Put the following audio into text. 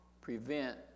prevent